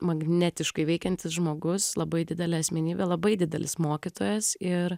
magnetiškai veikiantis žmogus labai didelė asmenybė labai didelis mokytojas ir